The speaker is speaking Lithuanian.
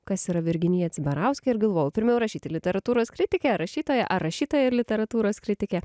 kas yra virginija cibarauskė ir galvojau pirmiau rašyti literatūros kritikė ar rašytoja ar rašytoja ir literatūros kritikė